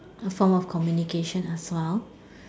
a form of communication as well